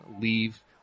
leave